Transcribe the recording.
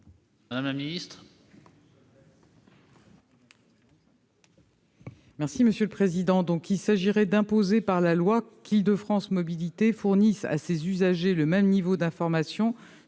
Madame la ministre,